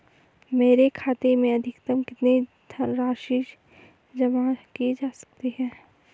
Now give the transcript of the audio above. मेरे खाते में अधिकतम कितनी राशि जमा की जा सकती है?